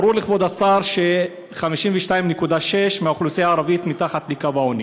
ברור לכבוד השר ש-52.6% מהאוכלוסייה הערבית מתחת לקו העוני,